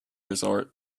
resort